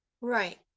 Right